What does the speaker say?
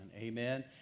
Amen